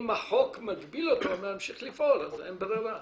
אם החוק מגביל אותו להמשיך לפעול אז אין ברירה.